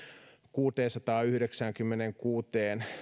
kuuteensataanyhdeksäänkymmeneenkuuteen